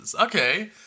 okay